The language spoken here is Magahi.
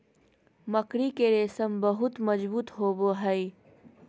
मकड़ी के रेशम बहुत मजबूत होवो हय